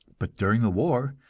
but during the war,